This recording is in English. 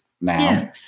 now